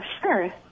sure